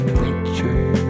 nature